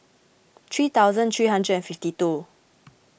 three thousand three hundred and fifty two